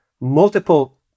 multiple